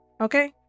Okay